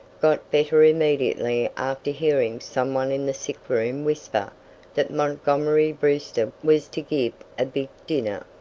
got better immediately after hearing some one in the sick-room whisper that montgomery brewster was to give a big dinner.